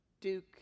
Duke